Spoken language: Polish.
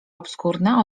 obskurna